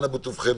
אנא בטובכם,